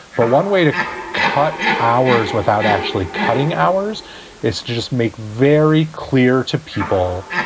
but one way to cut hours without actually cutting hours is just make very clear to people,